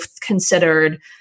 considered